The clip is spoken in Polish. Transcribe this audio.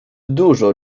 dużo